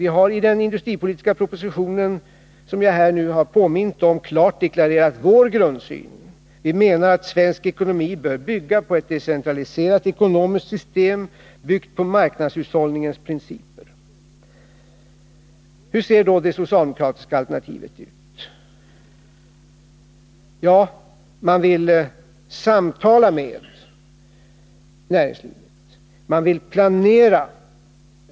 Vi har i den industripolitiska propositionen, som jag här påmint om, klart deklarerat vår grundsyn. Vi menar att svensk ekonomi bör bygga på ett decentraliserat ekonomiskt system, byggt på marknadshushållningens principer. Hur ser då det socialdemokratiska alternativet ut? Man vill samtala med näringslivet. Man vill planera.